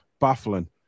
Baffling